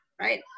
Right